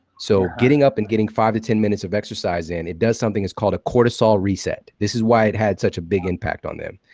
so getting up and getting five to ten minutes of exercise in, it does something. it's called a cortisol reset. this is why it had such a big impact on them.